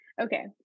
Okay